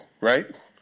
right